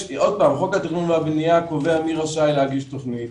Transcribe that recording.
חוק התכנון והבנייה קובע מי רשאי להגיש תוכנית.